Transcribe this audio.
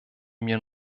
mir